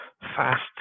fast